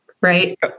Right